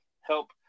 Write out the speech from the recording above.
Help